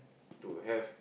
to have